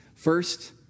First